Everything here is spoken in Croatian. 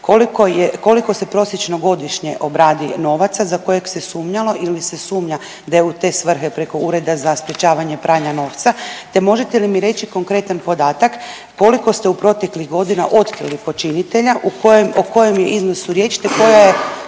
koliko se prosječno godišnje obradi novaca za kojeg se sumnjalo ili se sumnja da je u te svrhe preko Ureda za sprječavanje pranja novca, te možete li mi reći konkretan podatak koliko ste u proteklih godina otkrili počinitelja, u kojem, o kojem iznosu je riječ, te koja je,